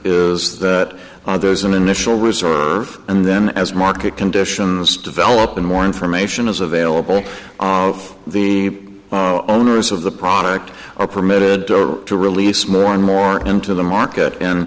is that there's an initial research and then as market conditions develop and more information is available all of the bar owners of the product are permitted to release more and more into the market